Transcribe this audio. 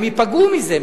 הם ייפגעו מזה,